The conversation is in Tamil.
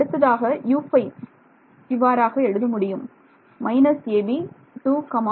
அடுத்ததாக U5 இவ்வாறாக எழுத முடியும் − Ab